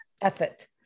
effort